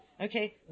Okay